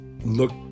look